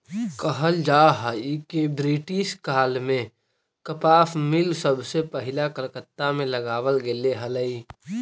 कहल जा हई कि ब्रिटिश काल में कपास मिल सबसे पहिला कलकत्ता में लगावल गेले हलई